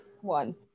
One